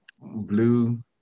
Blue